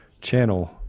channel